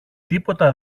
τίποτα